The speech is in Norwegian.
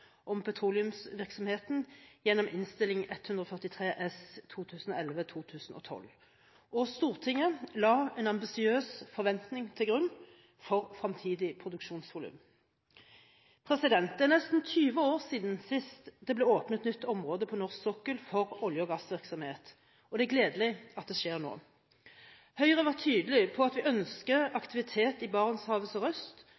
om petroleumsvirksomheten, gjennom Innst.143 S for 2011–2012, og Stortinget la en ambisiøs forventning til grunn for fremtidig produksjonsvolum. Det er nesten 20 år siden sist det ble åpnet nytt område på norsk sokkel for olje- og gassvirksomhet, og det er gledelig at dette skjer nå. Høyre var tydelig på at vi